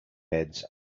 beds